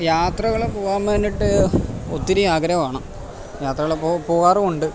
യാത്രകൾ പോകാൻ വേണ്ടിയിട്ട് ഒത്തിരി ആഗ്രഹമാണ് യാത്രകൾ പോകാറുമുണ്ട്